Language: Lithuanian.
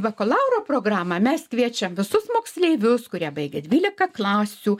bakalauro programą mes kviečiam visus moksleivius kurie baigę dvyliką klasių